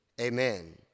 Amen